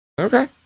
Okay